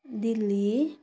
Delhi